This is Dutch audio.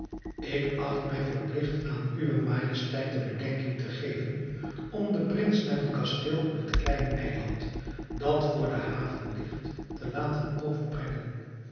ik acht mij verpligt aan uwe majesteit in bedenking te geven om den prins naar het kasteel op het kleine eiland dat voor de haven ligt te laten overbrengen